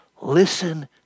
Listen